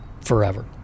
forever